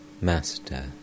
Master